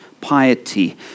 piety